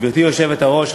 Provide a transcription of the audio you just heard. גברתי היושבת-ראש,